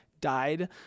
died